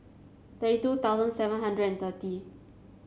thirty two thousand seven hundred and thirty